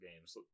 games